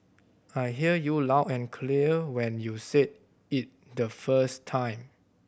I heard you loud and clear when you said it the first time